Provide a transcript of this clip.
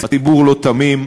הציבור לא תמים,